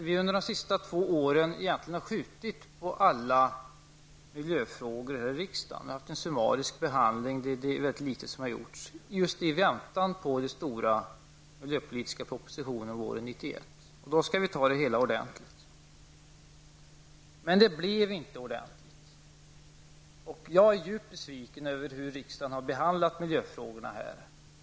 Vi har ju i riksdagen under de senaste två åren skjutit på alla miljöfrågor. Det har skett en summarisk behandling och mycket litet har gjorts just i väntan på den stora miljöpropositionen våren 1991. Då skulle man gå igenom det hela ordentligt, men det blev inte ordentligt. Jag är djupt besviken över hur riksdagen har behandlat miljöfrågorna.